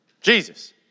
Jesus